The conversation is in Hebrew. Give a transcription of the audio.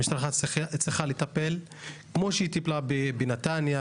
המשטרה צריכה לטפל במצב הזה כמו שהיא טיפלה בו בנהריה,